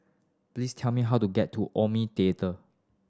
please tell me how to get to Omni Theatre